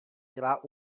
dělá